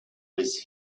was